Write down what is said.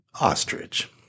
ostrich